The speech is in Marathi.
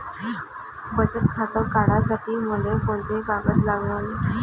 बचत खातं काढासाठी मले कोंते कागद लागन?